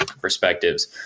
perspectives